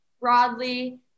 broadly